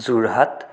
Jorhat